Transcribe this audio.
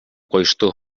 коюшту